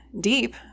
deep